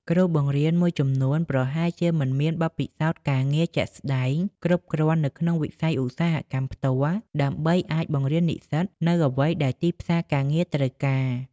គ្រូបង្រៀនមួយចំនួនប្រហែលជាមិនមានបទពិសោធន៍ការងារជាក់ស្តែងគ្រប់គ្រាន់នៅក្នុងវិស័យឧស្សាហកម្មផ្ទាល់ ដើម្បីអាចបង្រៀននិស្សិតនូវអ្វីដែលទីផ្សារការងារត្រូវការ។